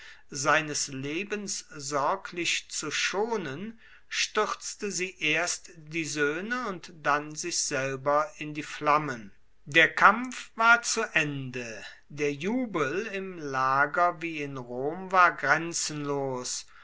seines lebens sorglich zu schonen stürzte sie erst die söhne und dann sich selber in die flammen der kampf war zu ende der jubel im lager wie in rom war grenzenlos